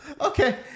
okay